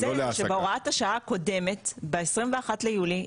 שבהוראת השעה הקודמת ב-21 ליולי,